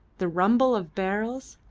the rumble of barrels,